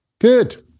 Good